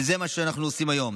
וזה מה שאנחנו עושים היום.